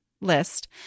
list